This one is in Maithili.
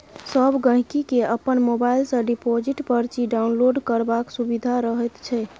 सब गहिंकी केँ अपन मोबाइल सँ डिपोजिट परची डाउनलोड करबाक सुभिता रहैत छै